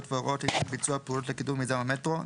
והוראות לעניין ביצוע פעולות לקידום מיזם המטרו,